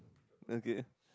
okay